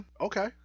Okay